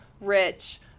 rich